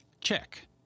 Check